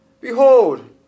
Behold